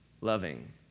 loving